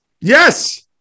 Yes